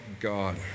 God